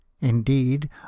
indeed